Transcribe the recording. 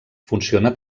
funciona